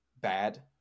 bad